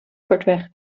kortweg